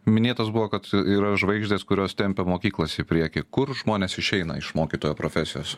minėtas buvo kad yra žvaigždės kurios tempia mokyklas į priekį kur žmonės išeina iš mokytojo profesijos